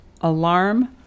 alarm